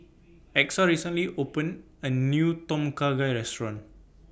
Exa recently opened A New Tom Kha Gai Restaurant